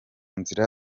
nzira